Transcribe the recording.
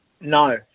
No